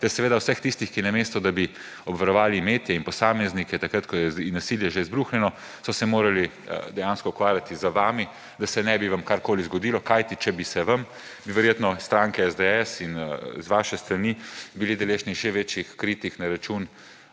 ter seveda vse tiste, ki namesto da bi obvarovali imetje in posameznike, takrat ko je nasilje že izbruhnilo, ki so se morali dejansko ukvarjati z vami, da se vam ne bi karkoli zgodilo. Kajti če bi se vam, bi verjetno iz stranke SDS in z vaše strani bili deležni še večjih kritik na račun